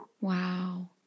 Wow